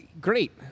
great